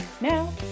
Now